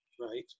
Right